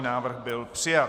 Návrh byl přijat.